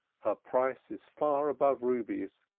her price is far above rubies.